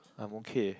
I'm okay